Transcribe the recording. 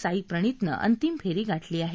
साईप्रणितनं अंतिम फेरी गाठली आहे